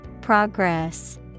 Progress